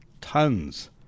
tons